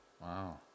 Wow